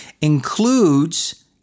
includes